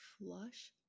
flush